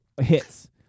hits